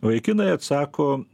vaikinai atsako